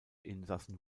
insassen